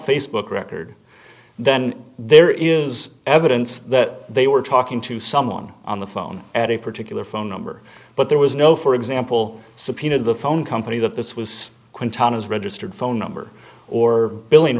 facebook record then there is evidence that they were talking to someone on the phone at a particular phone number but there was no for example subpoena the phone company that this was quinton is registered phone number or billi